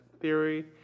theory